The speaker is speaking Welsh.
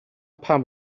pam